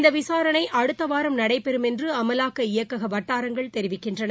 இந்த விசாரணை அடுத்த வாரம் நடைபெறும் என்று அமலாக்க இயக்கக வட்டாரங்கள் தெரிவிக்கின்றன